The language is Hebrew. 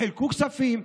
חילקו כספים.